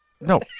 No